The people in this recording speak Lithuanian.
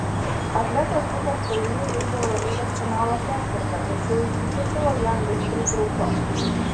atletas dukart paeiliui žaidė eurolygos finalo ketverte tačiau iki titulo jam vis pritrūko